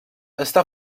està